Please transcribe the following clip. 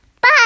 Bye